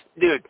dude